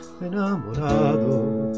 enamorado